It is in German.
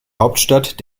hauptstadt